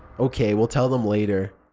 ok, we'll tell them later.